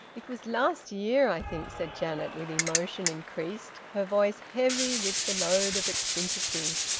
it was last year, i think, said janet, with emotion increased, her voice heavy with the load of its sympathy.